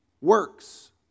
Works